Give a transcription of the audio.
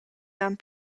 han